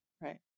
Right